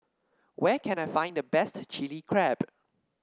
where can I find the best Chili Crab